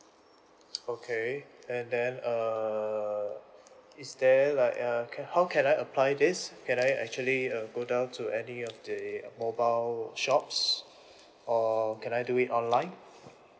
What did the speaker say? okay and then err is there like uh how can I apply this can I actually uh go down to any of the mobile shops or can I do it online